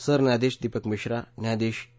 सरन्यायाधीश दीपक मिश्रा न्यायाधीश ए